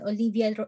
Olivia